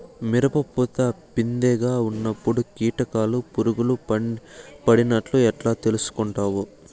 మిరప పూత పిందె గా ఉన్నప్పుడు కీటకాలు పులుగులు పడినట్లు ఎట్లా తెలుసుకుంటావు?